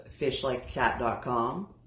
FishLikeCat.com